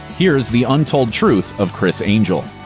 here's the untold truth of criss angel.